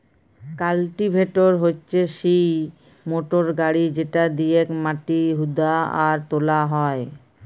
cultivator হচ্যে সিই motor গাড়ি যেটা দিয়েক মাটি হুদা আর তোলা হয়